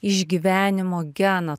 išgyvenimo geną